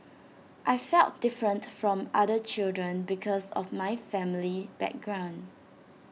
I felt different from other children because of my family background